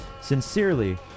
Sincerely